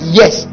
yes